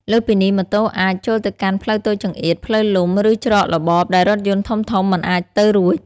លើសពីនេះ ម៉ូតូអាច ចូលទៅកាន់ផ្លូវតូចចង្អៀត ផ្លូវលំ ឬច្រកល្ហកដែលរថយន្តធំៗមិនអាចទៅរួច។